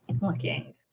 looking